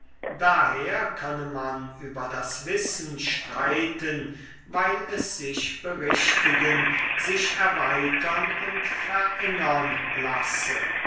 daher könne man über das wissen streiten weil es sich berichtigen sich erweitern und verengern lasse